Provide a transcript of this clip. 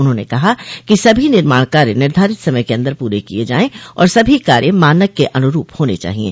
उन्होंने कहा कि सभी निर्माण कार्य निर्धारित समय के अन्दर पूरे किये जाये और सभी कार्य मानक के अनुरूप होने चाहिये